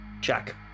check